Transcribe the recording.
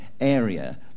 area